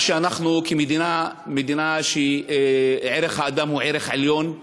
אנחנו מדינה שערך האדם הוא ערך עליון בה,